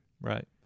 right